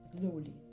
slowly